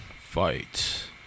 Fight